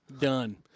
Done